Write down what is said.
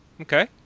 okay